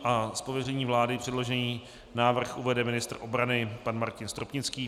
Z pověření vlády předložený návrh uvede ministr obrany pan Martin Stropnický.